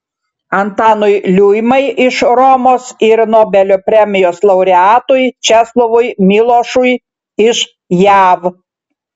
antanui liuimai iš romos ir nobelio premijos laureatui česlovui milošui iš jav